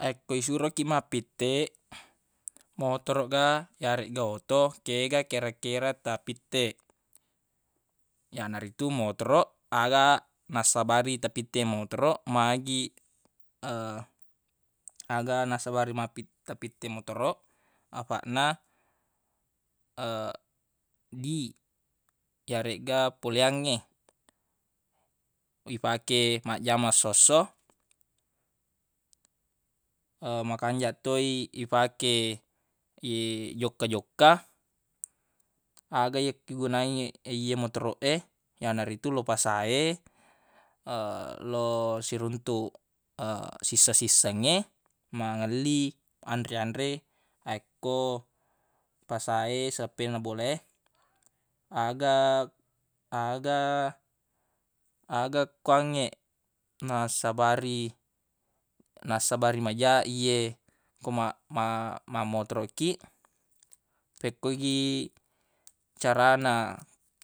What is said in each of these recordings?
Akko isuro kiq mappitte motoroq ga yaregga oto kega kera-kera ta pitte yanaritu motoroq aga nassabari ta pitte motoroq magi aga nassabari mappit- ta pitte motoroq afaq na di yaregga poliangnge ifake majjama essosso makanjaq toi ifake jokka-jokka aga yakkegunangngi ye motoroq e yanaritu lo fasa e lau siruntuq sisse-sissengnge mangelli anre-anre akko pasa e seppe na bola e aga- aga- aga kuangnge nassabari- nassabari maja i ye ko ma- ma- mammotoroq kiq fekko gi carana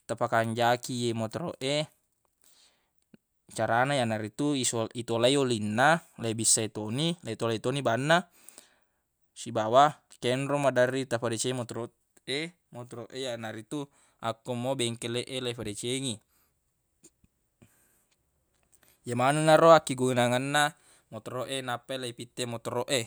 tafakanjaki ye motoroq e carana yanaritu iso- itollai olinna leibissai toni leitollai toni banna sibawa kenro maderri tafadecengi motoroq e motoroq e yanaritu akko mo bengkeleq e ifadecengi yemanenna ro akkigunangenna motoroq e nappa leipitte motoroq e.